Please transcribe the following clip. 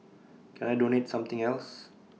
can I donate something else